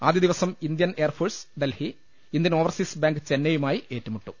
ആദ്യ ദി വസം Indian Air Force Delhi Indian Overseas Bank ചെന്നൈയുമായി ഏറ്റുമുട്ടും